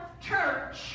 church